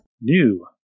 New